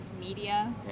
media